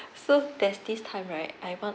so there's this time right I want